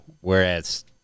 whereas